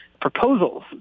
proposals